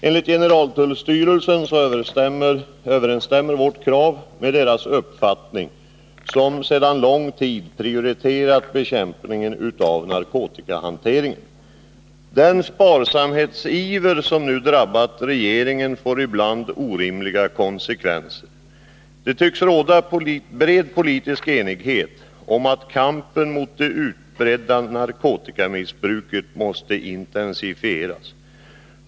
Enligt generaltullstyrelsen överenstämmer vårt krav med dess uppfattning, eftersom man där sedan lång tid tillbaka prioriterat bekämpningen av narkotikahanteringen. 43 Den sparsamhetsiver som nu drabbat regeringen får ibland orimliga konsekvenser. Det tycks råda bred politisk enighet om att kampen mot det utbredda narkotikamissbruket måste intensifieras.